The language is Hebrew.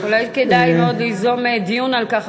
אולי כדאי מאוד ליזום דיון על כך,